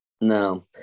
No